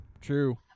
true